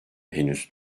henüz